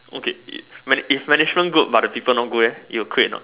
okay if very if Management good but the people no good eh you will quit or not